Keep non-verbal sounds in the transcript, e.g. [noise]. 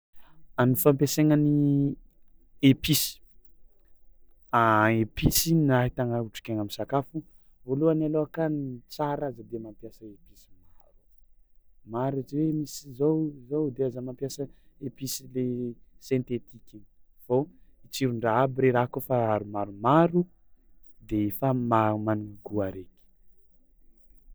Amin'ny fampiasaina ny episy [hesitation] episy ahitagna otrikaina amy sakafo, voalohany aloha ka ny tsara aza de mampiasa episy maro ratsy hoe misy zao na zao de aza mampiasa episy le sentetiky fô i tsirondraha aby reo raha koa afa maromaro de efa mahamanana gout araiky.